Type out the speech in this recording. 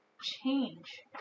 change